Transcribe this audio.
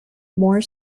more